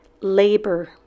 labor